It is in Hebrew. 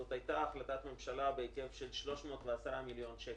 זאת הייתה החלטת ממשלה בהיקף של 310 מיליון שקל,